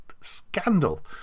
scandal